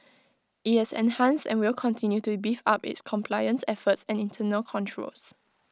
IT has enhanced and will continue to beef up its compliance efforts and internal controls